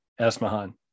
Asmahan